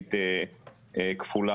זווית כפולה,